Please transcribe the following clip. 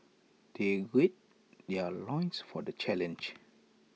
they gird their loins for the challenge